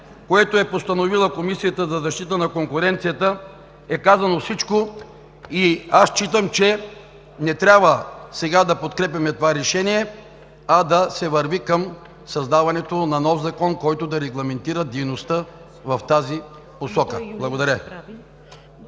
което е постановила Комисията за защита на конкуренцията, е казано всичко и аз считам, че не трябва сега да подкрепяме това решение, а да се върви към създаването на нов закон, който да регламентира дейността в тази посока. Благодаря